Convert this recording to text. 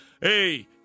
Hey